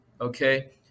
okay